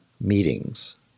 meetings